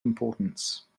importance